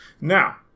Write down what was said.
Now